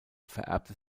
vererbte